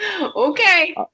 Okay